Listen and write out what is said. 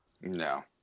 No